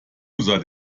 user